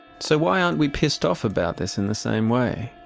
so why aren't we pissed off about this in the same way?